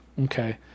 okay